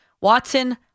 Watson